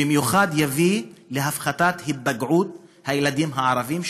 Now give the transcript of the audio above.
ובמיוחד יביא להפחתת היפגעות הילדים הערבים,